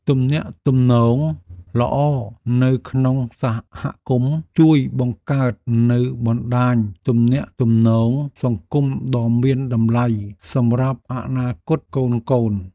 ទំនាក់ទំនងល្អនៅក្នុងសហគមន៍ជួយបង្កើតនូវបណ្តាញទំនាក់ទំនងសង្គមដ៏មានតម្លៃសម្រាប់អនាគតកូនៗ។